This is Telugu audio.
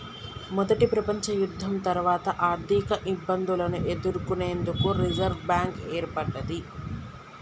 మొదటి ప్రపంచయుద్ధం తర్వాత ఆర్థికఇబ్బందులను ఎదుర్కొనేందుకు రిజర్వ్ బ్యాంక్ ఏర్పడ్డది